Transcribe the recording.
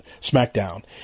SmackDown